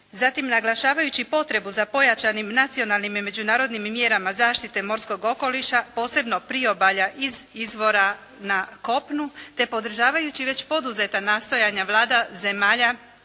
Zatim, naglašavajući potrebu za pojačanim nacionalnim i međunarodnim mjerama zaštite morskog okoliša posebno priobalja iz izvora na kopnu te podržavajući već poduzeta nastojanja Vlada zemalja